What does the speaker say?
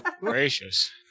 Gracious